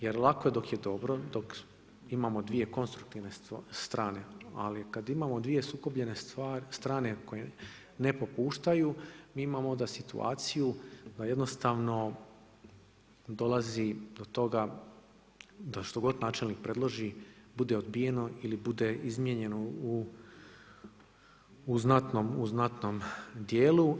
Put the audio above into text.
Jer lako je dok je dobro, dok imamo dvije konstruktivne strane ali kada imamo dvije sukobljene strane koje ne popuštaju, mi imamo onda situaciju da jednostavno dolazi do toga da što god da načelnik predloži bude odbijeno ili bude izmijenjeno u znatno, u znatnom dijelu.